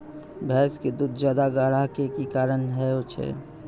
भैंस के दूध ज्यादा गाढ़ा के कि कारण से होय छै?